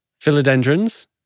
Philodendrons